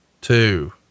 two